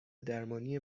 درمانی